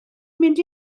mynd